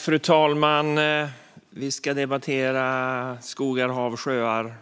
Fru talman! Vi ska debattera skogar, hav, sjöar,